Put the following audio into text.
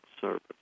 service